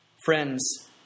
Friends